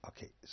Okay